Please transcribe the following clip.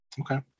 Okay